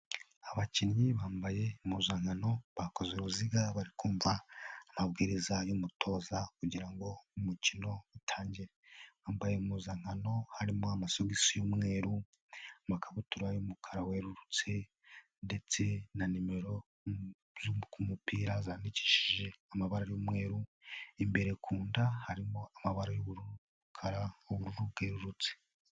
Abakinnyi bambaye impuzankano bakoze uruziga bari kumva amabwiriza y'umutoza kugira ngo umukino utangire, bambaye impuzankano harimo amasogisi y'umweru, amakabutura y'umukara werurutse ndetse na nimero ku mupira zandikishije amabara y'umweru, imbere ku nda harimo amabara y'ubukara, ubururu bwerurutse.